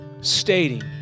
stating